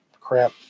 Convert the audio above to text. crap